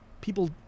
people